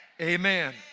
Amen